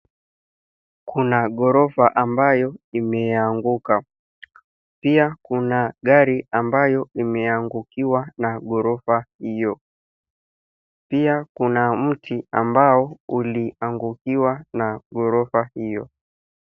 Kuna ghorofa ambayo imeanguka, pia kuna gari ambayo imeangukiwa na ghorofa hio. Pia kuna mti ambao uliangukiwa na ghorofa hio.